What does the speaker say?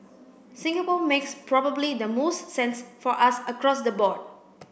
Singapore makes probably the most sense for us across the board